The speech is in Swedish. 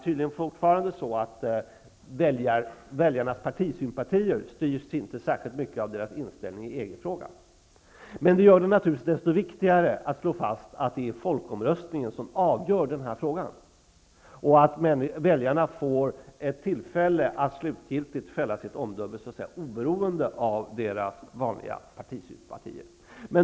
Väljarnas partisympatier styrs tydligen fortfarande inte särskilt mycket av deras inställning i EG-frågan. Det gör det naturligtvis desto viktigare att slå fast att det är folkomröstningen som avgör den här frågan. Väljarna får ett tillfälle att slutgiltigt avge sitt omdöme, oberoende av sina vanliga partisympatier.